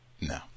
No